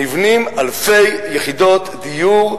נבנות אלפי יחידות דיור,